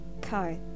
Kai